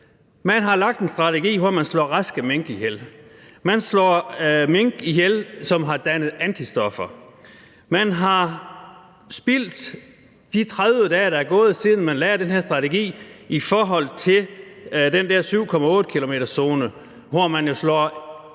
Man har lagt en strategi, hvor man slår raske mink ihjel, man slår mink, som har dannet antistoffer, ihjel, man har spildt de 30 dage, der er gået, siden man lagde den her strategi i forhold til den der 7,8-kilometerszone, hvor man slår